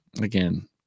again